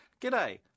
G'day